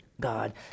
God